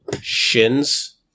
Shins